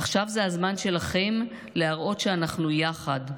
עכשיו זה הזמן שלכם להראות שאנחנו יחד.